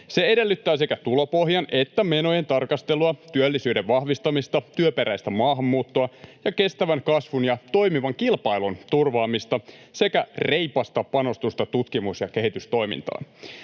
Se edellyttää sekä tulopohjan että menojen tarkastelua, työllisyyden vahvistamista, työperäistä maahanmuuttoa ja kestävän kasvun ja toimivan kilpailun turvaamista sekä reipasta panostusta tutkimus- ja kehitystoimintaan.